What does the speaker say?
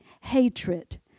hatred